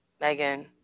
Megan